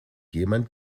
jemand